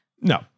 No